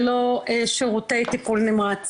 ללא שירותי טיפול נמרץ